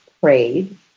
prayed